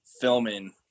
filming